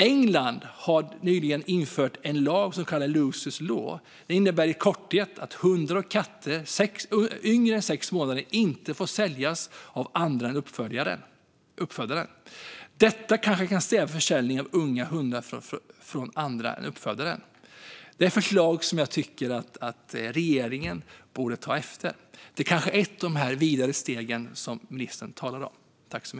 England har nyligen infört en lag som kallas Lucy's Law. Den innebär i korthet att hundar och katter yngre än sex månader inte får säljas av andra än uppfödaren. Detta kanske kan stävja försäljningen av unga hundar från andra än uppfödaren. Det är ett förslag som jag tycker att regeringen borde ta efter. Det kanske är ett av stegen vidare, som ministern talade om.